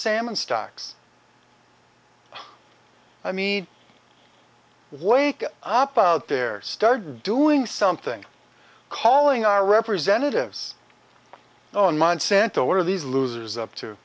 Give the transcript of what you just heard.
salmon stocks i mean wake up out there start doing something calling our representatives on monsanto one of these losers up to